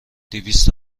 دویست